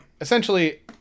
Essentially